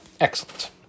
Excellent